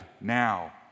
now